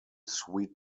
sweet